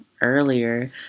earlier